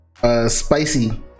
Spicy